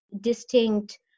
distinct